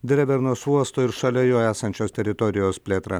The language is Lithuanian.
drevernos uosto ir šalia jo esančios teritorijos plėtra